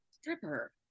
stripper